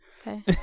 Okay